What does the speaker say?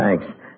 Thanks